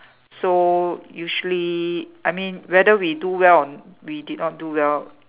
so usually I mean whether we do well or we did not do well